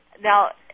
Now